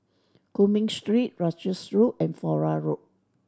Cumming Street Russels Road and Flora Road